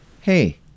hey